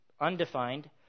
undefined